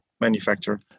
manufacturer